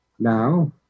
Now